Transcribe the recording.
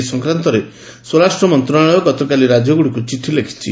ଏ ସଂକ୍ରାନ୍ତରେ ସ୍ୱରାଷ୍ଟ୍ର ମନ୍ତ୍ରଣାଳୟ ଗତକାଲି ରାଜ୍ୟଗୁଡ଼ିକୁ ଚିଠି ଲେଖିଛି